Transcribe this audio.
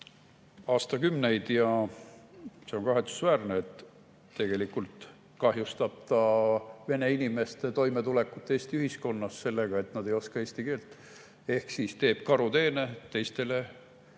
aastakümneid. See on kahetsusväärne, sest tegelikult kahjustab ta vene inimeste toimetulekut Eesti ühiskonnas sellega, et nad ei oskaks eesti keelt, ehk siis teeb karuteene teistele